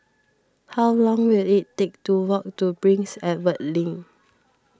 how long will it take to walk to Prince Edward Link